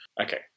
Okay